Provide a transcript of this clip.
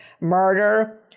murder